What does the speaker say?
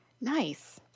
nice